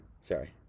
Sorry